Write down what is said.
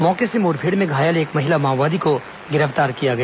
मौके से मुठभेड़ में घायल एक महिला माओवादी को गिरफ्तार किया गया